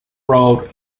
road